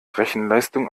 rechenleistung